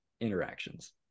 interactions